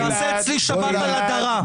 תעשה אצלי שבת על הדרה.